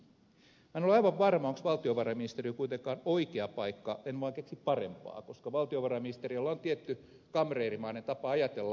en ole aivan varma onko valtiovarainministeriö kuitenkaan oikea paikka en vaan keksi parempaa koska valtiovarainministeriöllä on tietty kamreerimainen tapa ajatella